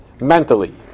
Mentally